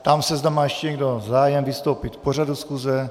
Ptám se, zda má ještě někdo zájem vystoupit k pořadu schůze.